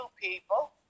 people